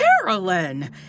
Carolyn